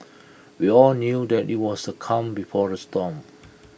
we all knew that IT was the calm before the storm